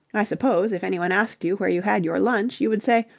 i suppose, if anyone asked you where you had your lunch, you would say,